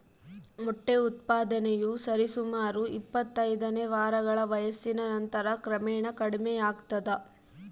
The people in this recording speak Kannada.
ಮೊಟ್ಟೆ ಉತ್ಪಾದನೆಯು ಸರಿಸುಮಾರು ಇಪ್ಪತ್ತೈದು ವಾರಗಳ ವಯಸ್ಸಿನ ನಂತರ ಕ್ರಮೇಣ ಕಡಿಮೆಯಾಗ್ತದ